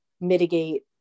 mitigate